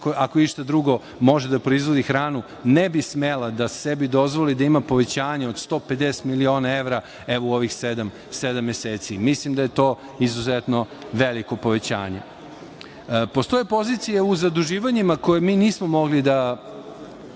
ako išta drugo može da proizvodi hranu, ne bi smela da sebi dozvoli da ima povećanje od 150 miliona evra u ovih sedam meseci. Mislim da je to izuzetno veliko povećanje. Postoje pozicije u zaduživanjima koje mi nismo mogli da